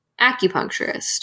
acupuncturist